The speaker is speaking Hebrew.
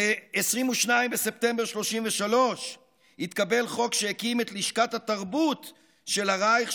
ב-22 בספטמבר 1933 התקבל חוק שהקים את לשכת התרבות של הרייך,